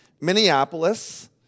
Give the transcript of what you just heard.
Minneapolis